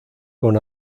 con